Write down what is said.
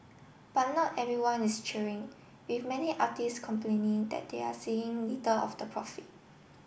but not everyone is cheering with many artists complaining that they are seeing little of the profit